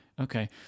okay